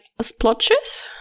splotches